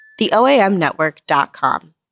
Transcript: TheOAMNetwork.com